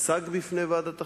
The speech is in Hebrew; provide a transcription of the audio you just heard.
יוצג בפני ועדת החינוך,